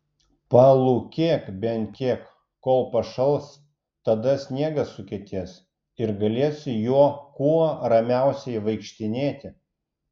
palūkėk bent kiek kol pašals tada sniegas sukietės ir galėsi juo kuo ramiausiai vaikštinėti